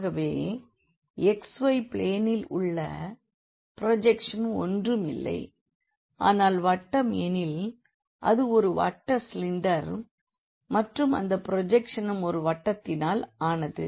ஆகவே xy பிளேனில் உள்ள ப்ரோஜெக்ஷன் ஒன்றுமில்லை ஆனால் வட்டம் ஏனெனில் அது ஒரு வட்ட சிலிண்டர் மற்றும் அந்த ப்ரோஜெக்ஷனும் ஒரு வட்டத்தினால் ஆனது